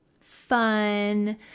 fun